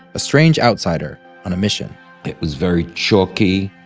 a strange outsider on a mission it was very chalky,